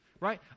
right